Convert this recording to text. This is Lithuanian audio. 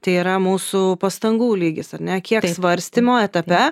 tai yra mūsų pastangų lygis ar ne kiek svarstymo etape